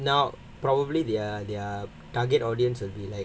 ya so now probably their their target audience will be like